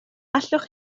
allwch